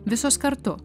visos kartu